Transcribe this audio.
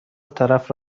طرف